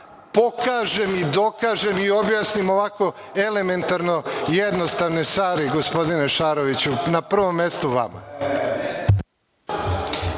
pokažem i dokažem i objasnim ovako elementarno jednostavne stvari, gospodine Šaroviću, na prvom mestu vama.